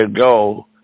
go